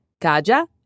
Kaja